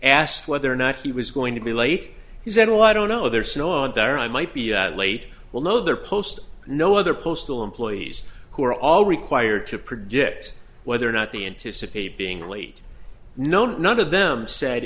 asked whether or not he was going to be late he said well i don't know there's snow on there i might be late will know their post no other postal employees who are all required to predict whether or not the anticipated being late no none of them said